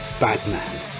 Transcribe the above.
Batman